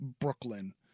Brooklyn